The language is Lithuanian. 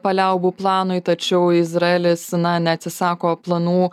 paliaubų planui tačiau izraelis na neatsisako planų